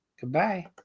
Goodbye